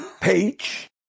page